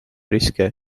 riske